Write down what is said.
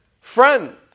friend